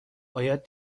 باید